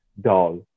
doll